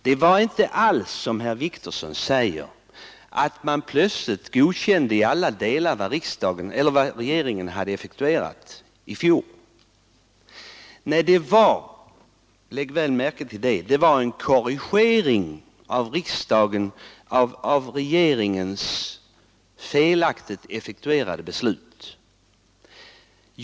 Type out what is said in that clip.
Det var inte alls som herr Wictorsson säger att man plötsligt godkände i alla delar vad regeringen hade effektuerat i fjol. Nej, man gjorde — lägg väl märke till det — en korrigering av regeringens felaktiga effektuering av riksdagens beslut 1973.